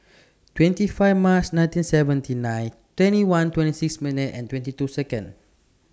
twenty five March nineteen seventy nine twenty one twenty six minutes and twenty two Seconds